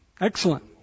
Excellent